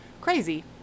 crazy